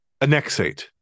Anexate